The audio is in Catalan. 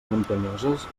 muntanyoses